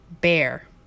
bear